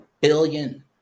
billion